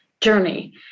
journey